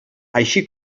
així